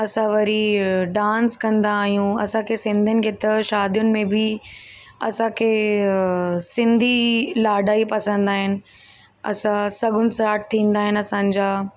असां वरी डांस कंदा आहियूं असांखे सिंधियुनि खे त शादियुनि में बि असांखे सिंधी लाॾा ई पसंदि आहिनि असां सगुन साट थींदा आहिनि असांजा